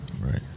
Right